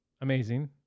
amazing